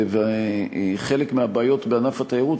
וחלק מהבעיות בענף התיירות,